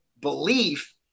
belief